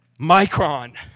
Micron